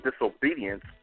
disobedience